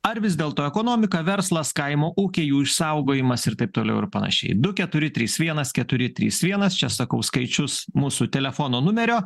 ar vis dėlto ekonomika verslas kaimo ūkiai jų išsaugojimas ir taip toliau ir panašiai du keturi trys vienas keturi trys vienas čia sakau skaičius mūsų telefono numerio